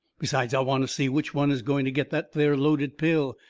besides, i want to see which one is going to get that there loaded pill.